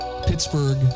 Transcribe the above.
Pittsburgh